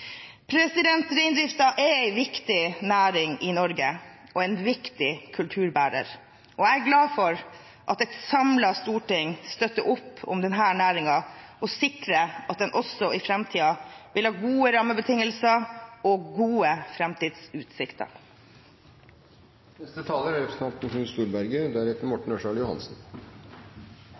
er en viktig næring i Norge og en viktig kulturbærer. Jeg er glad for at et samlet storting støtter opp om denne næringen og sikrer at den også i framtiden vil ha gode rammebetingelser og gode